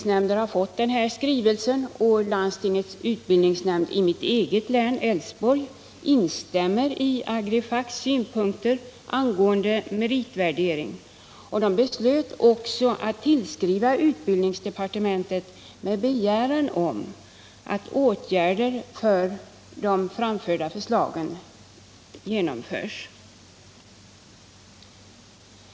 Landstingets utbildningsnämnd i mitt eget län, Älvsborg, instämde i Agrifacks synpunkter angående meritvärdering och beslöt att tillskriva utbildningsdepartementet med begäran om åtgärder för att tillmötesgå de framförda förslagen.